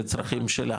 לצרכים שלה,